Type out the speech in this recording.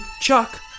chuck